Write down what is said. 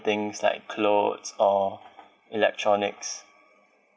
things like clothes or electronics